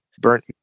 burnt